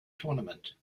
tournament